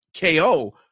ko